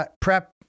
prep